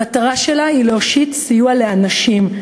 המטרה שלה היא להושיט סיוע לאנשים,